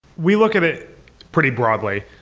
we look at it pretty broadly.